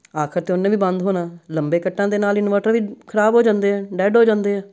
ਆਖਰ ਤਾਂ ਉਹਨੇ ਵੀ ਬੰਦ ਹੋਣਾ ਲੰਬੇ ਕੱਟਾਂ ਦੇ ਨਾਲ ਇਨਵਰਟਰ ਵੀ ਖਰਾਬ ਹੋ ਜਾਂਦੇ ਹੈ ਡੈਡ ਹੋ ਜਾਂਦੇ ਹੈ